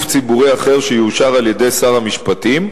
ציבורי אחר שיאושר על-ידי שר המשפטים,